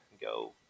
go